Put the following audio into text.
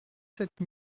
sept